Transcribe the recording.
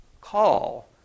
call